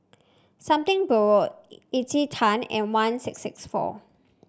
Something Borrowed Encik Tan and one six six four